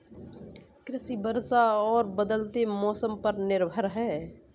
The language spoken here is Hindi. कृषि वर्षा और बदलते मौसम पर निर्भर है